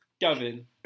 Gavin